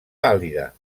pàl·lida